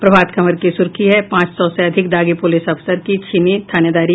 प्रभात खबर की सुर्खी है पांच सौ से अधिक दागी पुलिस अफसर की छीनी थानेदारी